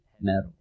metal